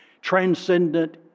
transcendent